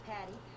Patty